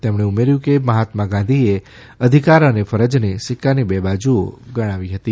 તેમણે ઉમર્યું કે મહાત્મા ગાંધીએ અધિકાર અને ફરજને સિક્કાની બે બાજુઓ ગણાવી હતી